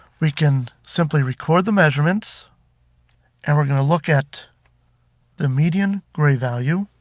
we can simply record the measurements and we are going to look at the median grey value.